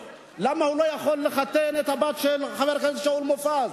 למה הוא לא יכול לחתן את הבת של חבר הכנסת שאול מופז?